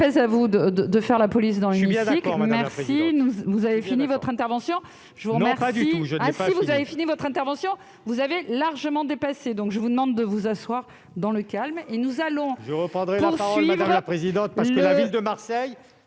Je vous remercie